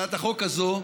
הצעת החוק הזו,